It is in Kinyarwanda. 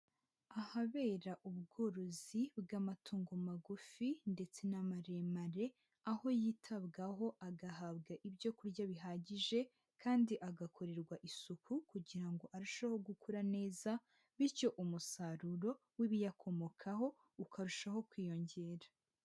Ahabera ubworozi bw'amatungo magufi ndetse n'amaremare, aho yitabwaho agahabwa ibyo kurya bihagije kandi agakorerwa isuku kugira ngo arusheho gukura neza bityo umusaruro w'ibiyakomokaho ukarushaho kwiyongera.